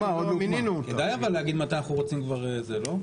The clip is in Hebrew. כדאי להגיד מתי אנחנו רוצים, לא?